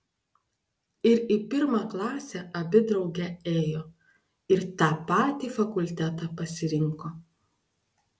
ir į pirmą klasę abi drauge ėjo ir tą patį fakultetą pasirinko